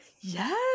Yes